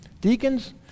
Deacons